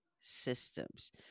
systems